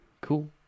Cool